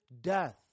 death